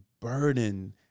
burden